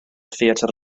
theatr